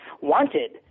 Wanted